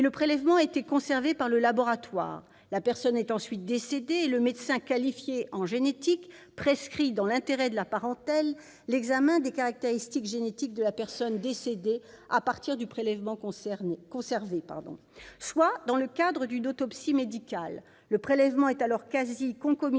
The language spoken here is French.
le prélèvement a été conservé par le laboratoire ; la personne est ensuite décédée et le médecin qualifié en génétique prescrit, dans l'intérêt de la parentèle, l'examen des caractéristiques génétiques de la personne décédée à partir du prélèvement conservé -; soit dans le cadre d'une autopsie médicale- le prélèvement est alors quasi concomitant